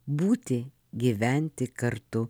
būti gyventi kartu